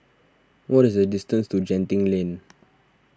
what is the distance to Genting Lane